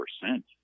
percent